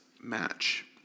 match